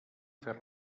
fer